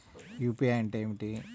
UPI అంటే ఏమిటి?